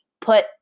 put